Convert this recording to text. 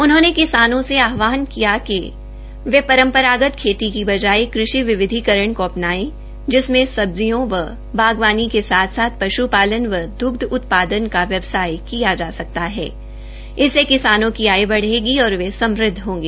उन्होंने किसानों से आहवान किया कि वे रम् रागत खेती की बजाय कृषि विविधिकरण को अ नाएं जिसमें सब्जियों व बागवानी के साथ साथ शुप्तालन व द्रग्ध उत्पादन का भी व्यवसाय किया जा सकता है इससे किसान की आमदनी बढ़ेगी और वह समृदध होगा